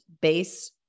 base